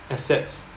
assets